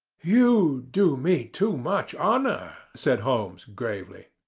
you do me too much honour, said holmes, gravely.